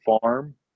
farm